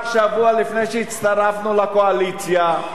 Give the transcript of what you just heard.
רק שבוע לפני שהצטרפנו לקואליציה,